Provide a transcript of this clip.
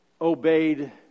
obeyed